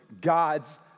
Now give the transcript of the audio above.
God's